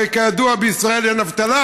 הרי כידוע בישראל אין אבטלה,